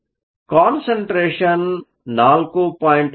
ಆದ್ದರಿಂದ ಕಾನ್ಸಂಟ್ರೇಷನ್ 4